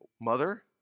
mother